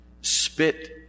Spit